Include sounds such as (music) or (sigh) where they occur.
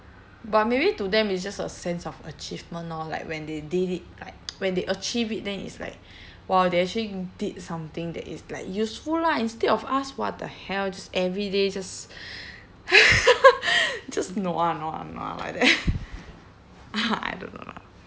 but maybe to them it's just a sense of achievement lor like when they did it like when they achieve it then it's like !wow! they actually did something that is like useful lah instead of us what the hell just every day just (laughs) just nua nua nua like that (noise) I dont know lah